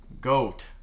Goat